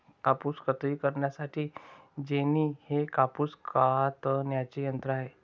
कापूस कताई करण्यासाठी जेनी हे कापूस कातण्याचे यंत्र आहे